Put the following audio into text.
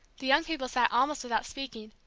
the young people sat almost without speaking,